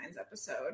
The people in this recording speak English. episode